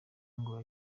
ngo